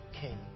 king